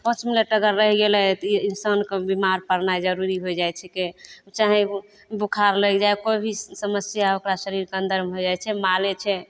पाँच मिनट अगर रहि गेलै तऽ इंसानके बीमार पड़नाइ जरुरी हो जाइ छिकै चाहे बुखार लागि जाइ कोइ भी समस्या ओकरा शरीरके अन्दरमे हो जाइ छै माले छै